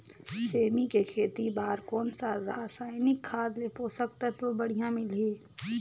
सेमी के खेती बार कोन सा रसायनिक खाद ले पोषक तत्व बढ़िया मिलही?